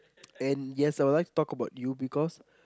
and yes I would like to talk about you because